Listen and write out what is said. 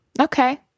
Okay